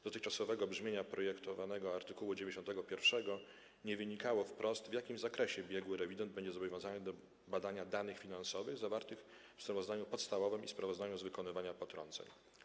Z dotychczasowego brzmienia projektowanego art. 91 nie wynikało wprost, w jakim zakresie biegły rewident będzie zobowiązany do badania danych finansowych zawartych w sprawozdaniu podstawowym i w sprawozdaniu z wykonywania potrąceń.